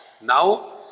now